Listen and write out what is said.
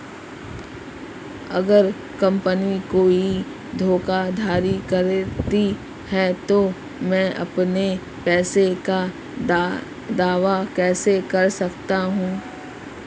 अगर कंपनी कोई धोखाधड़ी करती है तो मैं अपने पैसे का दावा कैसे कर सकता हूं?